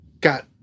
got